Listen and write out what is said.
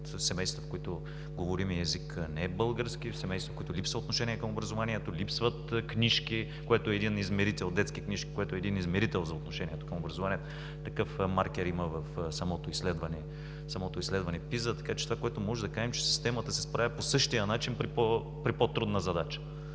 от семейства, в които говоримият език не е български, от семейства, в които липсва отношение към образованието, липсват детски книжки, което е един измерител за отношението към образованието. Такъв маркер има в самото изследване PISA. Така че това, което можем да кажем, е, че системата се справя по същия начин при по-трудна задача.